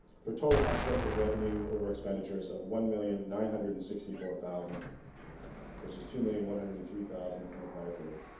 for total excess of revenue over expenditures of one million nine hundred and sixty-four thousand versus two million one hundred and three thousand in the prior period